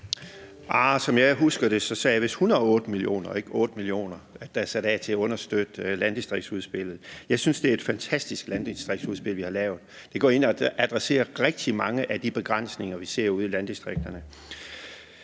Som jeg husker det, sagde jeg vist 108 mio. kr. og ikke 8 mio. kr., der er sat af til at understøtte landdistriktsudspillet. Jeg synes, det er et fantastisk landdistriktsudspil, vi har lavet. Det går ind og adresserer rigtig mange af de begrænsninger, vi ser ude i landdistrikterne.